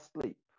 sleep